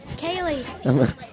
Kaylee